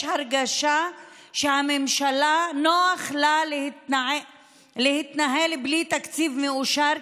יש הרגשה שנוח לממשלה להתנהל בלי תקציב מאושר,